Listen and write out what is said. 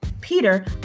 Peter